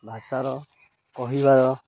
ଭାଷାର କହିବାର